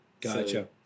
Gotcha